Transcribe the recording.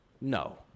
No